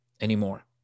anymore